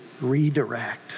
redirect